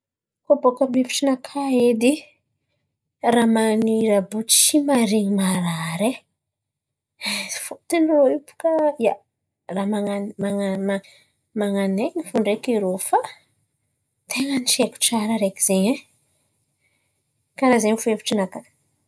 Koa boaka amy hevitrinakà edy, raha maniry àby io tsy maharen̈y marary e, esy. Fôtony irô io baka, ia, raha man̈a- man̈a- ma- man̈anain̈y fo ndreky irô fa ten̈a ny tsy haiko tsara araiky zen̈y e. Karà zen̈y fo hevitrinakà.